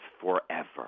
forever